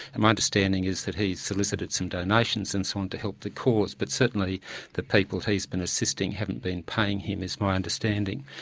my understanding is that he's solicited some donations and so on to help the cause but certainly the people he's been assisting haven't been paying him, is my understanding.